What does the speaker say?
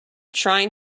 trying